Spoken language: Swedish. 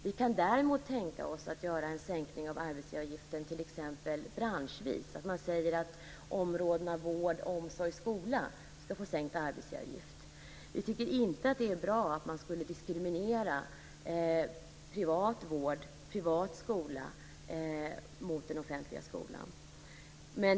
Vi kan däremot tänka oss en sänkning av arbetsgivaravgiften branschvis så att t.ex. områdena vård, omsorg och skola kunde få sänkt arbetsgivaravgift. Vi tycker inte att det är bra att man skulle diskriminera privat vård eller skola mot den offentliga vården eller skolan.